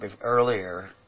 earlier